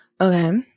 Okay